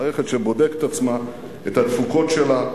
מערכת שבודקת את עצמה, את התפוקות שלה,